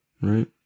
right